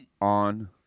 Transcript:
On